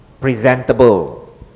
presentable